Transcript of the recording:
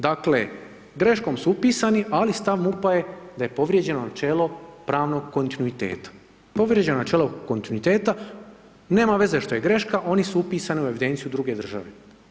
Dakle greškom su upisani ali stav MUP-a je da je povrijeđeno načelo pravnog kontinuiteta, povrijeđeno je načelo kontinuiteta, nema veze što je greška oni su upisani u evidenciju druge države.